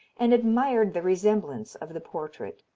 and admired the resemblance of the portrait.